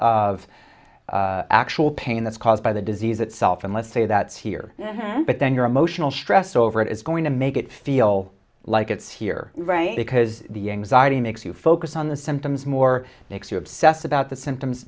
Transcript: of actual pain that's caused by the disease itself and let's say that it's here but then your emotional stress over it is going to make it feel like it's here right because the anxiety makes you focus on the symptoms more makes you obsess about the symptoms